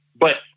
But-